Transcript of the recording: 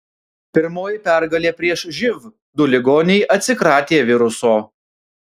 pirmoji pergalė prieš živ du ligoniai atsikratė viruso